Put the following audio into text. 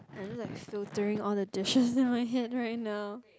I'm just like filtering all the dishes in my head right now